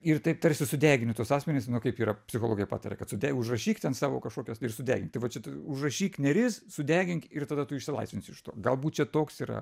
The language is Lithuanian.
ir taip tarsi sudegini tuos asmenis kaip yra psichologai pataria kad sudeg užrašyk ten savo kažkokias ir sudegink tai va čia t užrašyk nėris sudegink ir tada tu išsilaisvinsi iš to galbūt toks yra